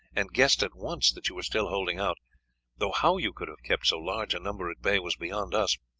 and guessed at once that you were still holding out though how you could have kept so large a number at bay was beyond us.